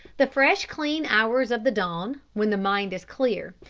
the fresh clean hours of the dawn, when the mind is clear,